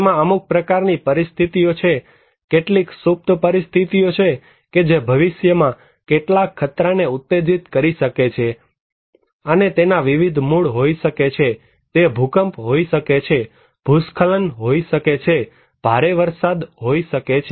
તેમાં અમુક પ્રકારની પરિસ્થિતિઓ છે કેટલીક સુપ્ત પરિસ્થિતિઓ કે જે ભવિષ્યમાં કેટલાક ખતરાને ઉત્તેજિત કરી શકે છે અને તેના વિવિધ મૂળ હોઈ શકે છે તે ભુકંપ હોઈ શકે છે ભૂસ્ખલન હોઈ શકે છે ભારે વરસાદ હોઈ શકે છે